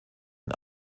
den